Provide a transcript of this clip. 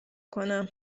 کنم